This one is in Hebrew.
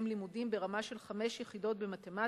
לימודים ברמה של חמש יחידות במתמטיקה,